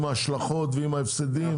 עם ההשלכות ועם ההפסדים.